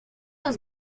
los